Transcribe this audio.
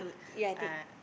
ya I did